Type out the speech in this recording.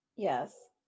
Yes